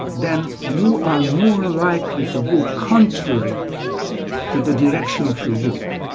then you are more likely to go contrary to the direction of your group